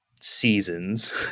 Seasons